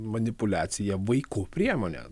manipuliacija vaikų priemone